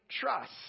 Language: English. trust